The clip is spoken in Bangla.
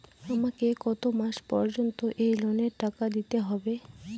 আমাকে কত মাস পর্যন্ত এই লোনের টাকা দিতে হবে?